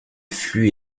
flux